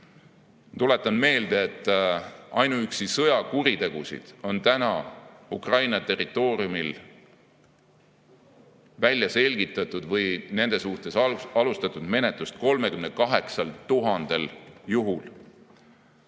Tuletan meelde, et ainuüksi sõjakuritegusid on tänaseks Ukraina territooriumil välja selgitatud või nende suhtes alustatud menetlust 38 000 juhul.